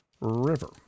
River